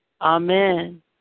Amen